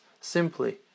simply